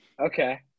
Okay